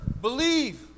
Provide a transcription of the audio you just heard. believe